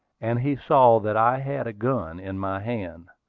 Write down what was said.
and he saw that i had a gun in my hand.